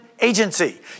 agency